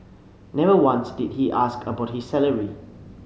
never once did he ask about his salary